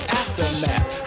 aftermath